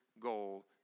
goal